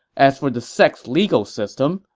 as for the sect's legal system,